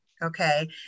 Okay